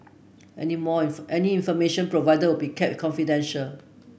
any more any information provided will be kept confidential